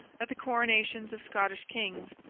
at the coronations of scottish kings.